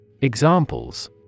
Examples